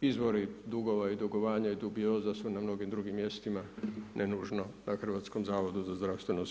izvori dugova i dugovanja i dubioza su na mnogim drugim mjestima, ne nužno na HZZO-u.